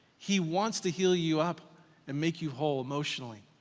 he wants to heal you up and make you whole emotionally.